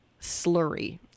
slurry